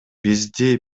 бизди